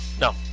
No